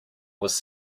was